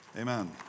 Amen